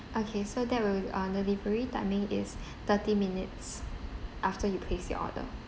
okay so that will uh delivery timing is thirty minutes after you place your order